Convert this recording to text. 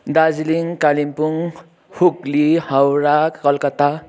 Darjeeling Kalimpong Hooghly Howrah Calcutta